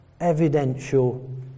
evidential